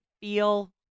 feel